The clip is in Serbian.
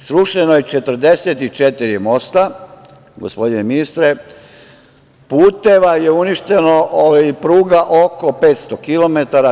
Srušeno je 44 mosta, gospodine ministre, puteva je uništeno, pruga, oko 500 kilometara.